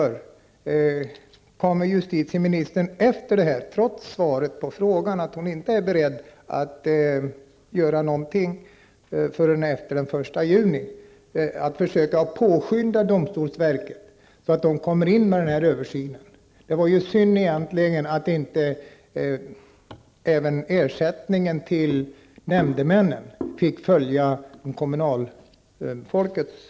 Kommer justitieministern, trots svaret på frågan att hon inte är beredd att göra något förrän efter den 1 juni 1992, att försöka påskynda domstolsverket att komma in med översynen? Det var synd att inte även ersättningen till nämndemännen fick följa ersättningen för kommunala uppdrag.